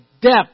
depth